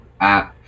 app